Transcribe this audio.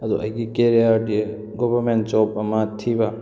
ꯑꯗꯣ ꯑꯩꯒꯤ ꯀꯦꯔꯤꯌꯥꯔꯗꯤ ꯒꯣꯕꯔꯃꯦꯟ ꯖꯣꯕ ꯑꯃ ꯊꯤꯕ